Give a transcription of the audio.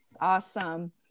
Awesome